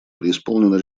преисполнена